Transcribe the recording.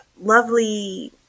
lovely